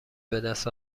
بدست